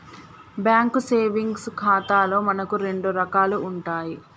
bank savings ఖాతాలు మనకు రెండు రకాలు ఉంటాయి